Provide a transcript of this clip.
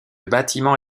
bâtiment